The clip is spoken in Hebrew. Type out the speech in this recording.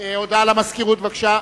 הודעה למזכירות, בבקשה.